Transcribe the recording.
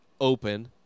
open